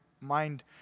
mind